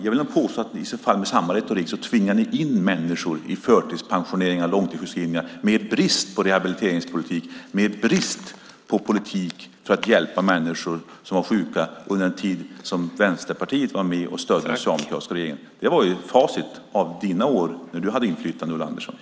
Jag vill, med samma retorik, påstå att ni tvingar in människor i förtidspensioneringar och långtidssjukskrivningar med er brist på rehabiliteringspolitik och med er brist på politik för att hjälpa människor som var sjuka under den tid då Vänsterpartiet var med och stödde den socialdemokratiska regeringen. Det är facit av de år då du hade inflytande, Ulla Andersson.